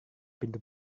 pintu